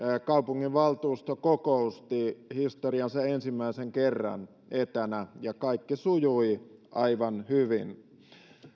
kaupunginvaltuusto kokousti historiansa ensimmäisen kerran etänä ja kaikki sujui aivan hyvin